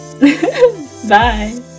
Bye